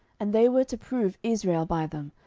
and they were to prove israel by them,